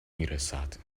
میرسد